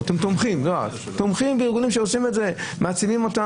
אתם תומכים בארגונים שעושים את זה,